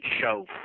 show